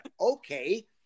okay